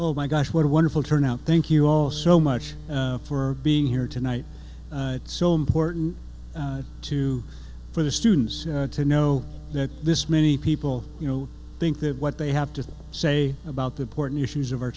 oh my gosh what a wonderful turnout thank you all so much for being here tonight it's so important to for the students to know that this many people you know think that what they have to say about the porton issues of our